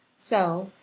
so,